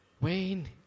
Wayne